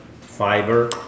fiber